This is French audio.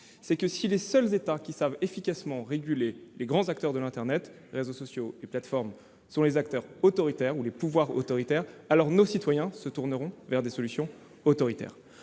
simple : si les seuls États qui savent efficacement réguler les grands acteurs de l'internet- réseaux sociaux et plateformes -sont les pouvoirs autoritaires, alors, nos citoyens se tourneront vers des solutions autoritaires.